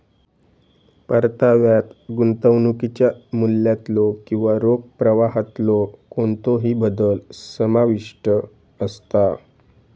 परताव्यात गुंतवणुकीच्या मूल्यातलो किंवा रोख प्रवाहातलो कोणतोही बदल समाविष्ट असता